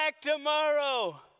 tomorrow